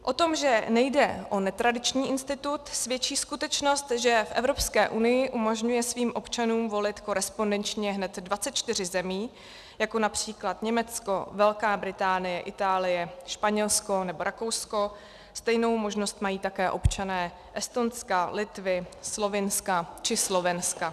O tom, že nejde o netradiční institut, svědčí skutečnost, že v Evropské unii umožňuje svým občanům volit korespondenčně hned 24 zemí, jako např. Německo, Velká Británie, Itálie, Španělsko nebo Rakousko, stejnou možnost mají také občané Estonska, Litvy, Slovinska či Slovenska.